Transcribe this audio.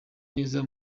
neza